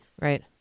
right